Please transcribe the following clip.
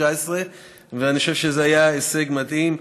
ואני חושב שזה היה הישג מדהים.